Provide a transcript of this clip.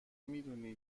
میدونی